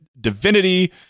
divinity